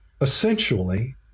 essentially